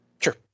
Sure